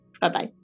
Bye-bye